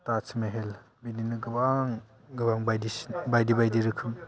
ताजमेहेल बिदिनो गोबां गोबां बायदिना बायदि बायदि रोखोम